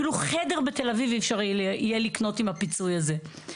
אפילו חדר בתל אביב אי אפשר יהיה לקנות עם הפיצוי הזה,